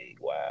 wow